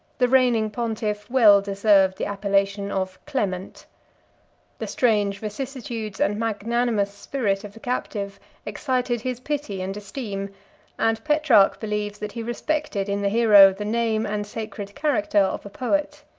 the reigning pontiff well deserved the appellation of clement the strange vicissitudes and magnanimous spirit of the captive excited his pity and esteem and petrarch believes that he respected in the hero the name and sacred character of a poet.